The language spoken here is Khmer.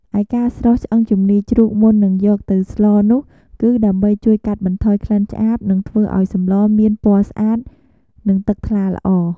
ឯការស្រុះឆ្អឹងជំនីរជ្រូកមុននឹងយកទៅស្លនោះគឺដើម្បី ជួយកាត់បន្ថយក្លិនឆ្អាប និងធ្វើឱ្យសម្លមានពណ៌ស្អាត និងទឹកថ្លាល្អ។